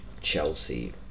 Chelsea